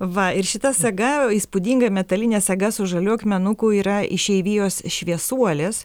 va ir šita saga įspūdinga metalinė saga su žaliu akmenuku yra išeivijos šviesuolės